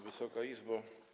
Wysoka Izbo!